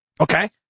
Okay